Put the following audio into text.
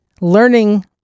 learning